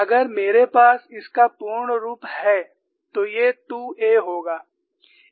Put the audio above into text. अगर मेरे पास इसका पूर्ण रूप है तो ये 2 a होगा